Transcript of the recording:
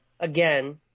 again